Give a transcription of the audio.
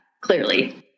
Clearly